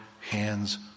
hands